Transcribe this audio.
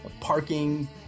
Parking